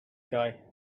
guy